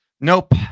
Nope